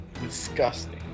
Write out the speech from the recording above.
disgusting